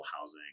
housing